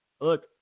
look